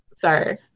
sorry